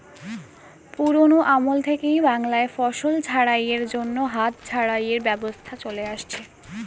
পুরোনো আমল থেকেই বাংলায় ফসল ঝাড়াই এর জন্য হাত ঝাড়াই এর ব্যবস্থা চলে আসছে